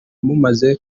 mumaze